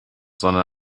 sondern